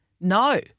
No